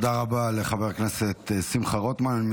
תודה רבה לחבר הכנסת שמחה רוטמן.